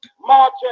march